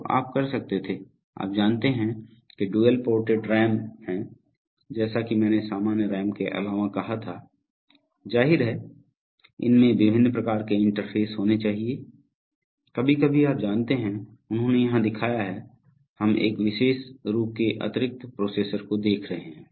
तो आप कर सकते थे आप जानते हैं कि ड्यूल पोर्टेड रैम है जैसा कि मैंने सामान्य रैम के अलावा कहा था जाहिर है इनमें विभिन्न प्रकार के इंटरफेस होने चाहिए कभी कभी आप जानते हैं उन्होंने यहां दिखाया है हम एक विशेष रूप के अतिरिक्त प्रोसेसर को देख रहे हैं